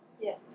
Yes